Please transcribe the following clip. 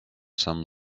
some